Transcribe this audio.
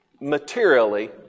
materially